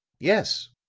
yes,